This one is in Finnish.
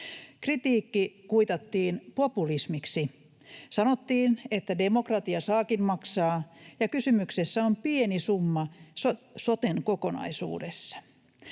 Kritiikki kuitattiin populismiksi, sanottiin, että demokratia saakin maksaa ja kysymyksessä on pieni summa soten kokonaisuudessa.